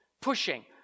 pushing